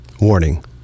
Warning